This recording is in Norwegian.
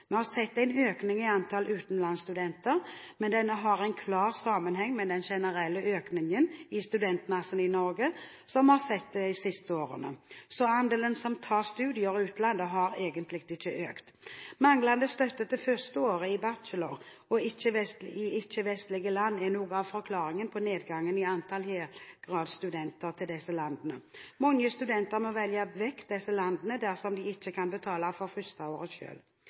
Vi har sett en økning i antall utenlandsstudenter, men denne har en klar sammenheng med den generelle økningen i studentmassen i Norge som vi har sett de siste årene. Så andelen som tar studier i utlandet, har egentlig ikke økt. Manglende støtte til førsteåret av bachelorgrader i ikke-vestlige land er noe av forklaringen på nedgangen i antall helgradsstudenter til disse landene. Mange studenter må velge bort disse landene dersom de ikke kan betale for førsteåret selv. Lånekassen gir verken lån eller stipend til førsteåret av